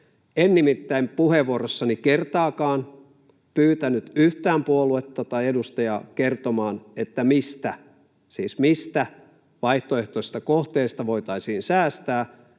En nimittäin puheenvuorossani kertaakaan pyytänyt yhtään puoluetta tai edustajaa kertomaan, mistä — siis mistä — vaihtoehtoisista kohteista voitaisiin säästää,